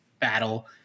battle